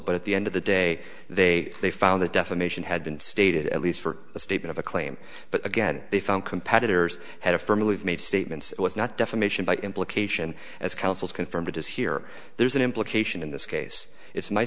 but at the end of the day they they found that defamation had been stated at least for a statement of a claim but again they found competitors had affirmative made statements it was not defamation by implication as counsel's confirmed it is here there's an implication in this case it's